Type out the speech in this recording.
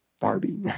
Barbie